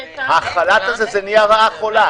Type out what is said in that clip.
החל"ת הזה נהיה רעה חולה.